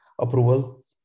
approval